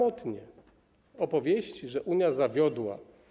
Opowieści, że Unia zawiodła.